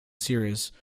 series